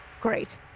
Great